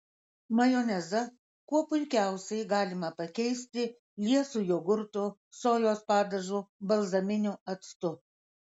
majonezą kuo puikiausiai galima pakeisti liesu jogurtu sojos padažu balzaminiu actu